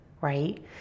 Right